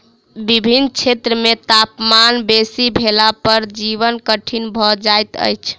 विभिन्न क्षेत्र मे तापमान बेसी भेला पर जीवन कठिन भ जाइत अछि